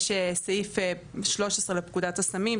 יש סעיף 13 לפקודת הסמים,